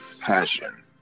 passion